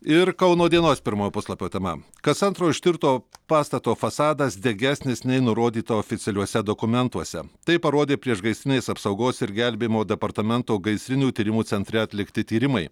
ir kauno dienos pirmojo puslapio tema kas antro ištirto pastato fasadas degesnis nei nurodyta oficialiuose dokumentuose tai parodė priešgaisrinės apsaugos ir gelbėjimo departamento gaisrinių tyrimų centre atlikti tyrimai